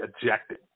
ejected